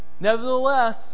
Nevertheless